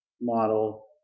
model